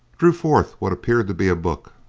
drew forth what appeared to be a book,